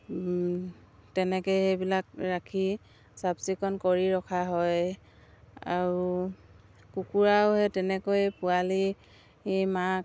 তেনেকৈ সেইবিলাক ৰাখি চাফ চিকুণ কৰি ৰখা হয় আৰু কুকুৰাও সেই তেনেকৈয়ে পোৱালি মাক